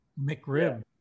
McRib